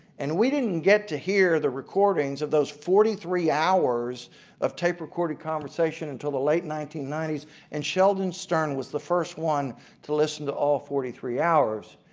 and we didn't get to hear the recordings of those forty three hours of tape recorded conversations until the late nineteen ninety s and sheldon stern was the first one to listen to all forty three hours.